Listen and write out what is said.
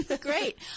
Great